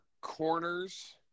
corners